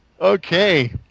okay